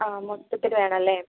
ആ മൊത്തത്തിൽ വേണം അല്ലേ